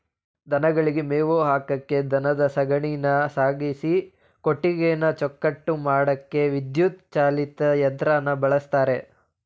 ದನಗಳಿಗೆ ಮೇವು ಹಾಕಕೆ ದನದ ಸಗಣಿನ ಸಾಗಿಸಿ ಕೊಟ್ಟಿಗೆನ ಚೊಕ್ಕಟ ಮಾಡಕೆ ವಿದ್ಯುತ್ ಚಾಲಿತ ಯಂತ್ರನ ಬಳುಸ್ತರೆ